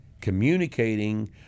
communicating